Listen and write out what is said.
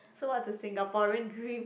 so what's a Singaporean dream